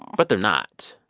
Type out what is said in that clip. but they're not.